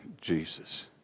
Jesus